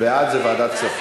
אני לא רואה את השם,